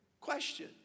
Question